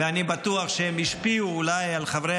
ואני בטוח שהם השפיעו אולי על חברי